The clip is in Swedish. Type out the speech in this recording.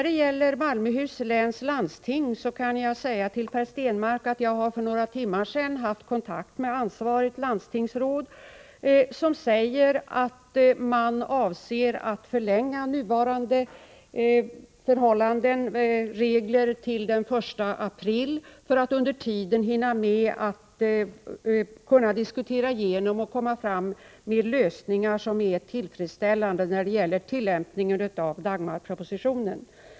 Beträffande Malmöhus läns landsting kan jag säga till Per Stenmarck att jag för några timmar sedan har haft kontakt med det ansvariga landstingsrådet, som säger att man avser att förlänga nuvarande regler till den 1 april, för att under tiden hinna med att diskutera igenom och komma fram till lösningar som är tillfredsställande när det gäller tillämpningen av Dagmarpropositionen.